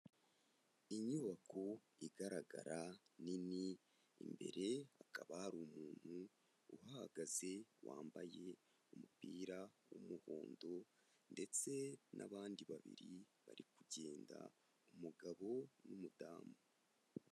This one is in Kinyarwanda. Inyubako igaragara nini, imbere hakaba hari umuntu uhahagaze wambaye umupira w'umuhondo ndetse n'abandi babiri bari kugenda, umugabo n'umudamu.